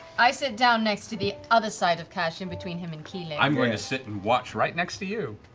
i sit down next to the other side of kash, in between him and keyleth. taliesin i'm going to sit and watch right next to you.